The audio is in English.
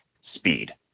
speed